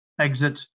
exit